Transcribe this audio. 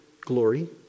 glory